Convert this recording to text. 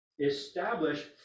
establish